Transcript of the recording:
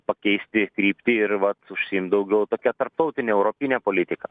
pakeisti kryptį ir vat užsiimt daugiau tokia tarptautine europine politika